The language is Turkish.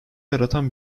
yaratan